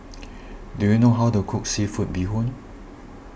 do you know how to cook Seafood Bee Hoon